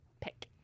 pick